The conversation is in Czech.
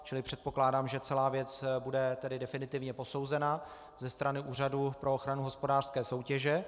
Čili předpokládám, že celá věc bude definitivně posouzena ze strany Úřadu pro ochranu hospodářské soutěže.